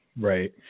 Right